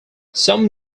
some